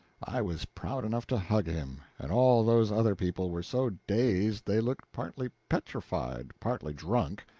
i was proud enough to hug him, and all those other people were so dazed they looked partly petrified, partly drunk,